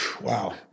Wow